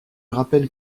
rappelle